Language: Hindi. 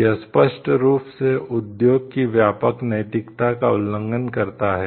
यह स्पष्ट रूप से उद्योग की व्यापक नैतिकता का उल्लंघन करता है